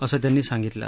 असं त्यांनी सांगितलं